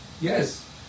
Yes